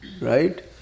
Right